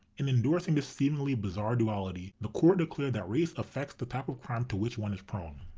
in endorsing this seemingly bizarre duality, the court declared that race affects the type of crime to which one is prone